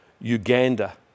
Uganda